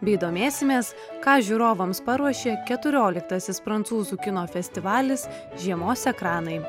bei domėsimės ką žiūrovams paruošė keturioliktasis prancūzų kino festivalis žiemos ekranai